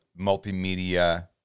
multimedia